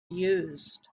used